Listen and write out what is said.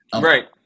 Right